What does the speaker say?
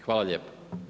Hvala lijepo.